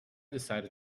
decided